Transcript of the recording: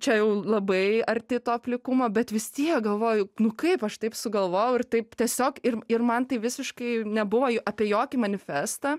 čia jau labai arti to plikumo bet vis tiek galvoju nu kaip aš taip sugalvojau ir taip tiesiog ir ir man tai visiškai nebuvo apie jokį manifestą